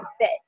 fit